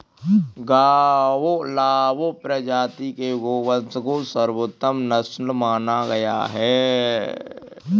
गावलाव प्रजाति के गोवंश को सर्वोत्तम नस्ल माना गया है